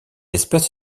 espèce